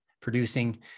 producing